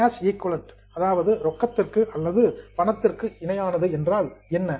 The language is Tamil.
கேஷ் ஈகொலன்ட் ரொக்கத்துக்கு அல்லது பணத்திற்கு இணையானது என்றால் என்ன